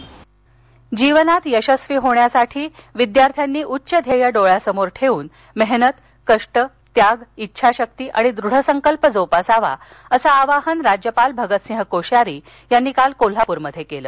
शिवाजी विद्यापीठ दीक्षांत कोल्हापर जीवनात यशस्वी होण्यासाठी विद्यार्थ्यांनी उच्च ध्येय डोळ्यासमोर ठेवून मेहनत कष्ट त्याग इच्छाशक्ती आणि दृढ संकल्प जोपासावा असं आवाहन राज्यपाल भगत सिंह कोश्यारी यांनी काल कोल्हाप्रमध्ये केलं